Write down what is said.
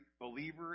believer